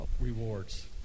rewards